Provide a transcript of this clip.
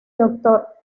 doctor